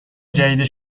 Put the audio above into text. جدید